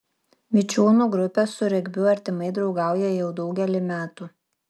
vičiūnų grupė su regbiu artimai draugauja jau daugelį metų